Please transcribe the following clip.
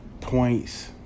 points